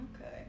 Okay